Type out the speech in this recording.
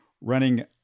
running